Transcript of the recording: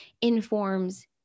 informs